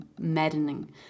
maddening